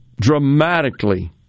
dramatically